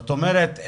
זאת אומרת,